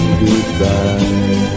goodbye